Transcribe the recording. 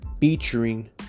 featuring